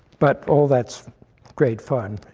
but all that's great fun.